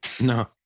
No